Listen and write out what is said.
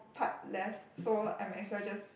part left so I might as well just